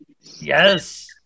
Yes